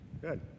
Good